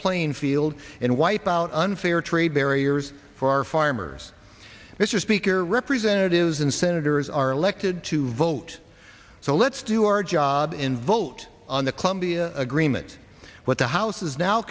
playing field and wipe out unfair trade barriers for our farmers mr speaker representatives and senators are elected to vote so let's do our job in vote on the colombia agreement what the house is now